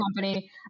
company